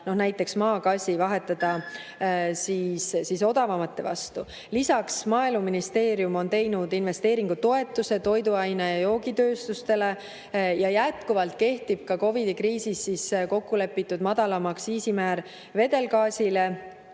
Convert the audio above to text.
näiteks maagaasi vahetada odavamate vastu. Lisaks on Maaeluministeerium teinud investeeringutoetuse toiduaine‑ ja joogitööstusele. Jätkuvalt kehtib ka COVID‑i kriisis kokku lepitud madalam aktsiisimäär vedelgaasile,